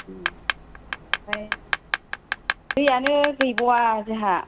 उम आमफ्राय दैयानो गैबावा जोंहा